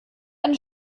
eine